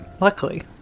luckily